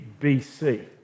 BC